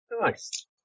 Nice